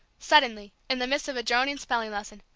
suddenly, in the midst of a droning spelling lesson,